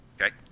Okay